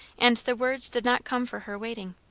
and the words did not come for her waiting.